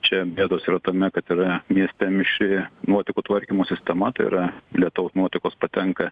čia bėdos yra tame kad yra mieste mišri nuotekų tvarkymo sistema tai yra lietaus nuotekos patenka